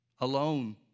alone